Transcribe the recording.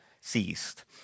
ceased